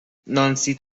نانسی